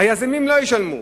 היזמים לא ישלמו.